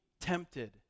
tempted